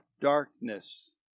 darkness